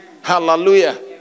Hallelujah